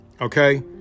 okay